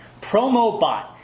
PromoBot